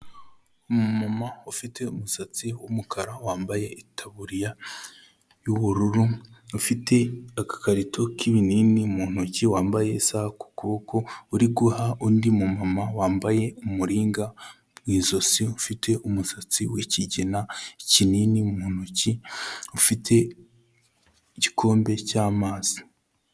Umumama ufite umusatsi w'umukara wambaye itaburiya y'ubururu, afite agakarito k'ibinini mu ntoki, wambaye isaha ku kuboko, uri guha undi mu mama wambaye umuringa mu ijosi, ufite umusatsi w'ikigina, ikinini mu ntoki, ufite igikombe cy'amazi.